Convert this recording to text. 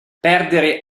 perdere